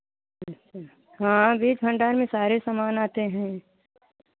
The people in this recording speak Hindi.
अच्छा हाँ बीज भण्डार में सारे सामान आते हैं